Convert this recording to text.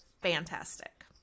fantastic